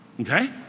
okay